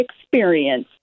experience